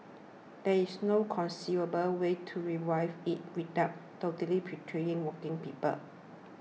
there is no conceivable way to revive it without totally betraying working people